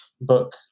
book